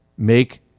Make